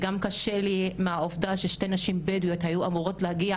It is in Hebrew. גם קשה לי מהעובדה ששתי נשים בדואיות היו אמורות להגיע